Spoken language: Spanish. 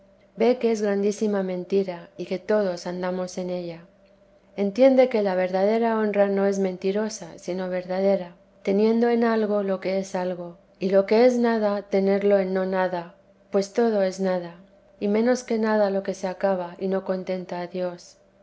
ve que es grandísima mentira y que todos andamos en ella entiende que la verdadera honra no es mentirosa sino verdadera teniendo en algo lo que es algo y lo que es nada tenerlo en no nada pues todo es nada y menos que nada lo que se acaba y no contenta a dios